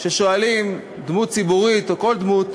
ששואלים דמות ציבורית, או כל דמות,